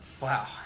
Wow